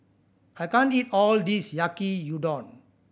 I can't eat all of this Yaki Udon